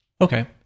Okay